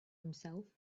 himself